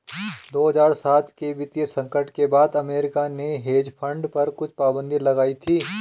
दो हज़ार सात के वित्तीय संकट के बाद अमेरिका ने हेज फंड पर कुछ पाबन्दी लगाई थी